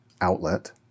outlet